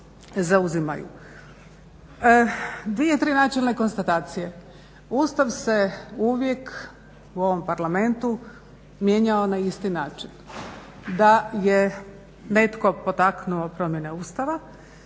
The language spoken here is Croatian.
zauzimaju. Dvije, tri načelne konstatacije, Ustav se uvijek u ovom Parlamentu mijenjao na isti način, da je netko potaknuo promjene Ustava